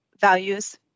values